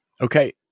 Okay